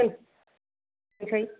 औ बेहाय